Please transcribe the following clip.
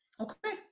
okay